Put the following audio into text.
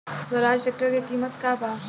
Swaraj tractor के किमत का बा?